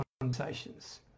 Conversations